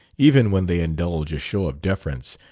even when they indulge a show of deference,